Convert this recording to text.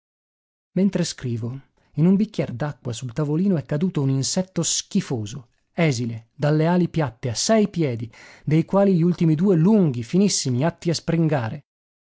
mentre scrivo in un bicchier d'acqua sul tavolino è caduto un insetto schifoso esile dalle ali piatte a sei piedi dei quali gli ultimi due lunghi finissimi atti a springare